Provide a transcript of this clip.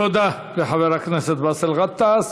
תודה לחבר הכנסת באסל גטאס.